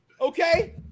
Okay